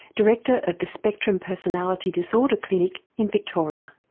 director of the spectrum personality disorder clinic in victoria.